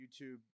YouTube